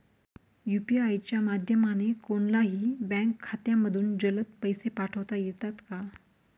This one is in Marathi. यू.पी.आय च्या माध्यमाने कोणलाही बँक खात्यामधून जलद पैसे पाठवता येतात का?